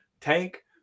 Tank